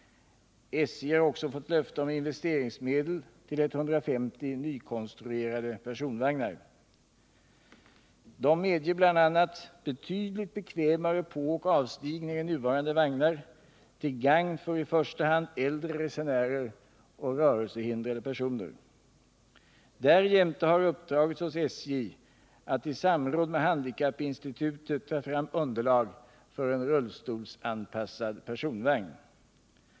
SJ har också fått löfte om investeringsmedel till 150 nykonstruerade personvagnar. De medger bl.a. betydligt bekvämare påoch avstigning än nuvarande vagnar — till gagn för i första hand äldre resenärer och rörelsehindrade personer. Därjämte har uppdragits åt SJ att i samråd med handikappinstitutet ta fram underlag för en rullstolsanpassad personvagn.